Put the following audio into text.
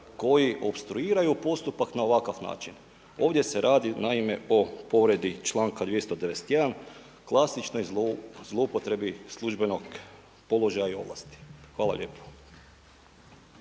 koji opstruiraju postupak na ovakav način. Ovdje se radi naime o povredi članka 291. klasičnoj zloupotrebi službenog položaja i ovlasti. Hvala lijepa.